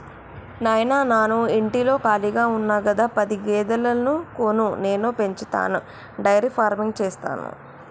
నాయిన నాను ఇంటిలో కాళిగా ఉన్న గదా పది గేదెలను కొను నేను పెంచతాను డైరీ ఫార్మింగ్ సేస్తాను